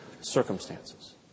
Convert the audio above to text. circumstances